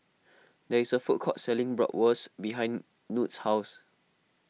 there is a food court selling Bratwurst behind Knute's house